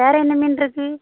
வேறு என்ன மீன் இருக்குது